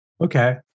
Okay